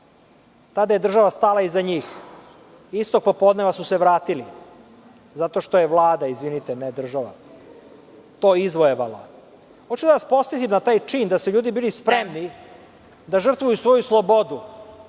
Tada je država stala iza njih. Istog popodneva su se vratili, zato što je Vlada, ne država, to izvojevala. Hoću da vas podsetim na taj čin da su ljudi bili spremni da žrtvuju svoju slobodu